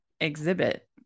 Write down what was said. exhibit